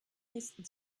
nächsten